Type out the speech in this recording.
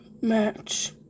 Match